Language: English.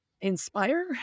inspire